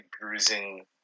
bruising